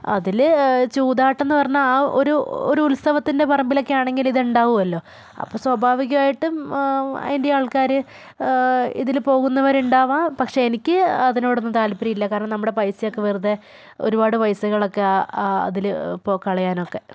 അതിൽ ചൂതാട്ടം എന്നു പറഞ്ഞാൽ ആ ഒരു ഒരു ഉത്സവത്തിൻ്റെ പറമ്പിലൊക്കെ ആണെങ്കിൽ ഇതുണ്ടാവുമല്ലോ അപ്പോൾ സ്വാഭാവികമായിട്ടും അതിൻ്റെ ആൾക്കാർ ഇതിൽ പോകുന്നവരുണ്ടാവാം പക്ഷെ എനിക്ക് അതിനോടൊന്നും താല്പര്യമില്ല കാരണം നമ്മുടെ പൈസയൊക്കെ വെറുതെ ഒരുപാട് പൈസകളൊക്കെ ആ ആ അതിൽ ഇപ്പോൾ കളയാനൊക്കെ